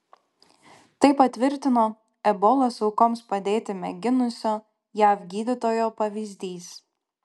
tai patvirtino ebolos aukoms padėti mėginusio jav gydytojo pavyzdys